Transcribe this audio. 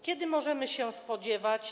Kiedy możemy się spodziewać.